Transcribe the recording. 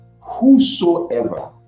whosoever